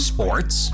Sports